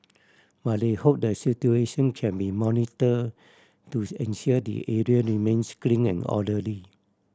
but they hope the situation can be monitor to ensure the area remains clean and orderly